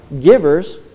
givers